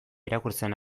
irakurtzen